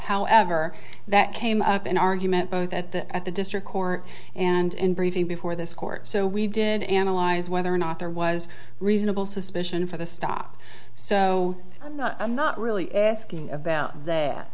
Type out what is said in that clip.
however that came up in argument both at the at the district court and in briefing before this court so we did analyze whether or not there was reasonable suspicion for the stop so i'm not i'm not really asking about th